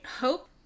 hope